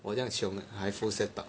我这样穷还 full set up